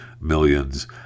millions